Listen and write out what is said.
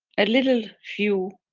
a little view